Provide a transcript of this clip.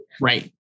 Right